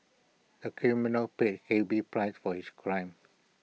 the criminal paid heavy price for his crime